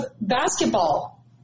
basketball